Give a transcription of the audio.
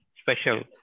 special